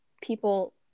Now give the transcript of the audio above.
people